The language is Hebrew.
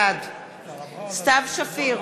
בעד סתיו שפיר,